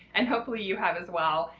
and hopefully you have as well!